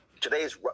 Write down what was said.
Today's